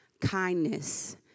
kindness